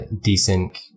decent